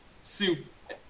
Soup